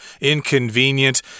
inconvenient